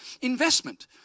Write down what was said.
investment